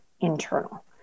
internal